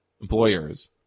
employers